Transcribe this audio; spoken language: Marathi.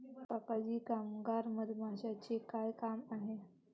काका जी कामगार मधमाशीचे काय काम आहे